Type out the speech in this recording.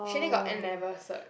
she only got N-level cert